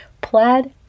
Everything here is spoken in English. plaid